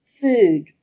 food